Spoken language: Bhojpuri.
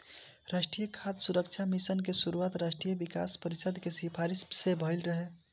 राष्ट्रीय खाद्य सुरक्षा मिशन के शुरुआत राष्ट्रीय विकास परिषद के सिफारिस से भइल रहे